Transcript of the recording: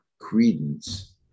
credence